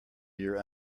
your